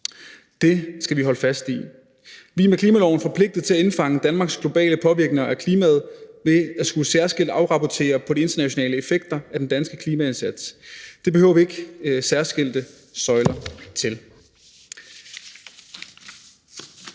Det skal vi holde fast i. Vi er med klimaloven forpligtet til at indfange Danmarks globale påvirkninger af klimaet ved at skulle afrapportere særskilt om de internationale effekter af den danske klimaindsats. Det behøver vi ikke særskilte søjler til.